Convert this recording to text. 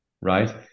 right